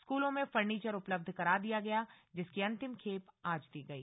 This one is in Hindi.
स्कूलों में फर्नीचर उपलब्ध करा दिया गया जिसकी अंतिम खेप आज दी गई